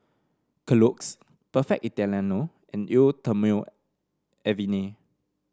Kellogg's Perfect Italiano and Eau Thermale Avene